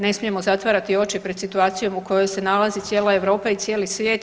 Ne smijemo zatvarati oči pred situacijom u kojoj se nalazi cijela Europa i cijeli svijet.